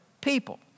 people